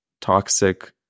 toxic